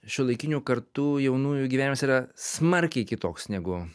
šiuolaikinių kartu jaunųjų gyvenimas yra smarkiai kitoks negu